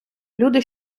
люди